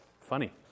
Funny